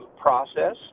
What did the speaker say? process